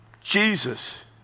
Jesus